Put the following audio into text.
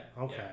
Okay